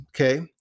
Okay